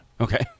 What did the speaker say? Okay